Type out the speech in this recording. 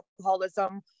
alcoholism